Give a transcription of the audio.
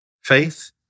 Faith